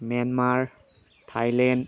Myanmar Thailand